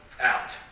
out